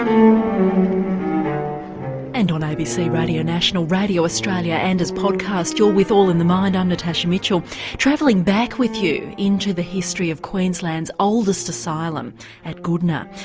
ah and on abc radio national, radio australia and as podcast you're with all in the mind, i'm natasha mitchell travelling back with you into the history of queensland's oldest asylum at goodna.